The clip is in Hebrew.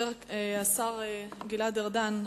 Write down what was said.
השר גלעד ארדן,